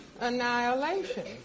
annihilation